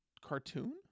cartoon